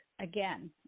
again